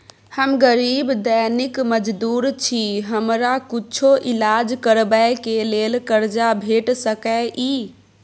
हम गरीब दैनिक मजदूर छी, हमरा कुछो ईलाज करबै के लेल कर्जा भेट सकै इ?